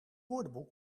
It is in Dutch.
woordenboek